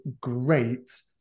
great